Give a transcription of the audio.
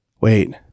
wait